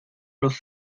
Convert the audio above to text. los